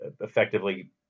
effectively